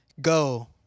Go